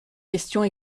questions